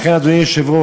לכן, אדוני היושב-ראש,